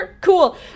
Cool